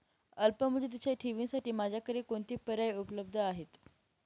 अल्पमुदतीच्या ठेवींसाठी माझ्याकडे कोणते पर्याय उपलब्ध आहेत?